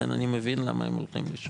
ולכן אני מבין למה הם הולכים לשם.